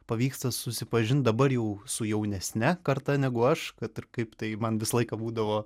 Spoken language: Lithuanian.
pavyksta susipažint dabar jau su jaunesne karta negu aš kad ir kaip tai man visą laiką būdavo